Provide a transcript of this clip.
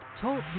Talk